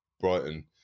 Brighton